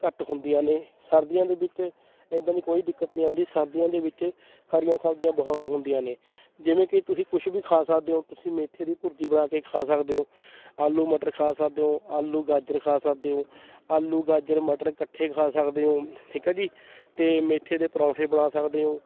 ਘੱਟ ਹੁੰਦੀਆਂ ਨੇ ਸਰਦੀਆਂ ਦੇ ਵਿੱਚ ਇੱਦਾਂ ਦੀ ਕੋਈ ਦਿੱਕਤ ਨਹੀਂ ਆਉਂਦੀ ਸਰਦੀਆਂ ਦੇ ਵਿੱਚ ਹਰੀਆਂ ਸਬਜ਼ੀਆਂ ਬਹੁਤ ਹੁੰਦੀਆਂ ਨੇ ਜਿਵੇਂ ਕਿ ਤੁਸੀਂ ਕੁਛ ਵੀ ਖਾ ਸਕਦੇ ਹੋ ਤੁਸੀਂ ਮੇਥੇ ਦੀ ਭੁਰਜੀ ਬਣਾ ਕੇ ਖਾ ਸਕਦੇ ਹੋ ਆਲੂ ਮਟਰ ਖਾ ਸਕਦੇ ਹੋ ਆਲੂ ਗਾਜਰ ਖਾ ਸਕਦੇ ਹੋ ਆਲੂ ਗਾਜਰ ਮਟਰ ਇਕੱਠੇ ਖਾ ਸਕਦੇ ਹੋ ਠੀਕ ਹੈ ਜੀ ਅਤੇ ਮੇਥੇ ਦੇ ਪਰੌਂਠੇ ਬਣਾ ਸਕਦੇ ਹੋ